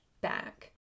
back